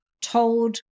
told